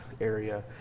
area